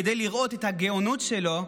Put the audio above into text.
כדי לראות את הגאונות שלו,